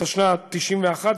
התשנ"א 1991,